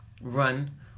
run